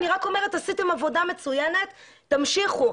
אני רק אומרת, עשיתם עבודה מצוינת, תמשיכו.